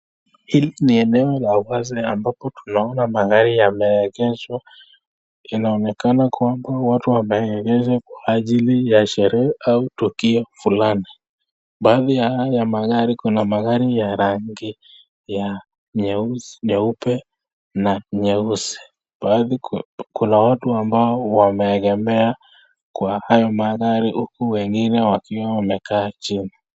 Hili ni eneo la wazi ambapo tunaona magari yameegeshwa. Inaonekana kwamba watu wameegesha kwa ajili ya sherehe au tukio fulani. Baadhi ya haya magari, kuna magari ya rangi ya nyeusi, nyeupe na nyeusi. Baadhi kuna watu ambao wameegemea kwa hayo magari huku wengine wakiwa wamekaa chini.